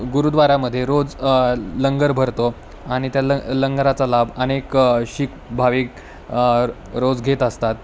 गुरुद्वारामध्ये रोज लंगर भरतो आणि त्या ल लंगराचा लाभ अनेक शीख भाविक रोज घेत असतात